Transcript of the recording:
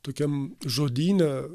tokiam žodyne